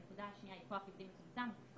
הנקודה השנייה היא כוח אדם ייעודי מצומצם,